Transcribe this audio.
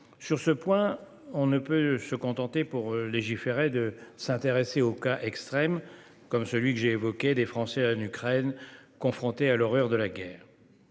Sur ce point, on ne peut se contenter, pour légiférer, de s'intéresser aux cas extrêmes, comme celui des Français en Ukraine, confrontés à l'horreur de la guerre.